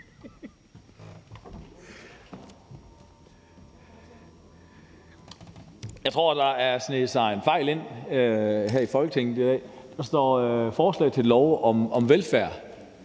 Jeg tror, der har sneget sig en fejl ind her i Folketinget i dag. Der står »forslag til lov om velfærd«,